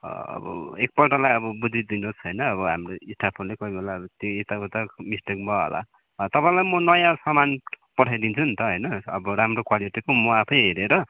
अब एकपल्टलाई अब बुझिदिनु होस् होइन अब हाम्रो स्टाफहरूले कोही बेला यता उता मिस्टेक भयो होला तपाईँलाई म नयाँ सामान पठाइदिन्छु नि त होइन अब राम्रो क्वालिटीको म आफै हेरेर